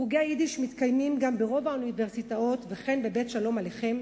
חוגי היידיש מתקיימים גם ברוב האוניברסיטאות וכן ב"בית שלום עליכם",